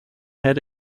had